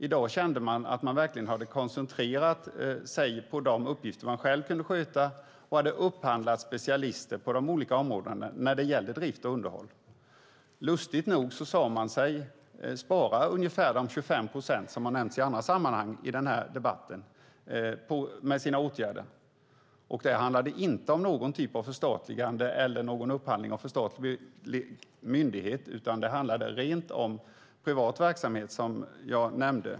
I dag kände man att man verkligen hade koncentrerat sig på de uppgifter som man själv kunde sköta och hade upphandlat specialister på de olika områdena när det gäller drift och underhåll. Lustigt nog sade man sig spara ungefär de 25 procent som har nämnts i andra sammanhang i den här debatten med sina åtgärder. Det handlade inte om någon typ av förstatligande eller någon upphandling av statlig myndighet, utan det handlade om rent privat verksamhet.